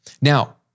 Now